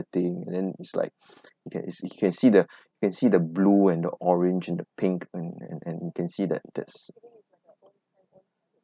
setting then it's like you can you can see the can see the blue and the orange and the pink and and and you can see that that's